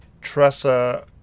Tressa